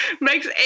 makes